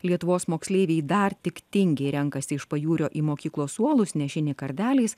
lietuvos moksleiviai dar tik tingiai renkasi iš pajūrio į mokyklos suolus nešini kardeliais